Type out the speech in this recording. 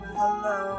hello